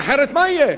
אחרת מה יהיה?